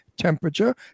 temperature